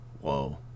Whoa